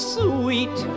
sweet